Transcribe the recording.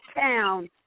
town